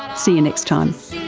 see you next time